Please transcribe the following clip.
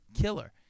killer